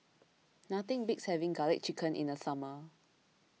nothing beats having Garlic Chicken in the summer